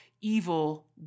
evil